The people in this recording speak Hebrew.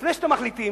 לפני שאתם מחליטים,